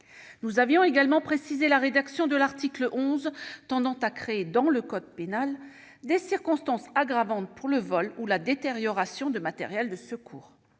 Nous avions également précisé la rédaction de l'article 11, tendant à inscrire dans le code pénal des circonstances aggravantes pour le vol ou la détérioration de matériels de secours.